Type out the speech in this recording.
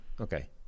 okay